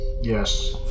Yes